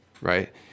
right